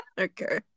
Okay